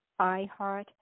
iHeart